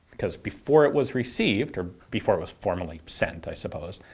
because before it was received, or before it was formally sent i suppose,